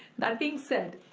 that being said,